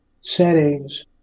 settings